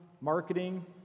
marketing